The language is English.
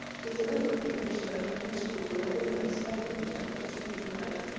just a little bit of english that i'd learned in school. but i didn't understand english. i could just read and write.